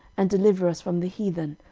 and deliver us from the heathen,